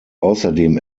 außerdem